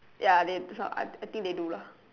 ya they some~ I think they do lah